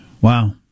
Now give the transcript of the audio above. Wow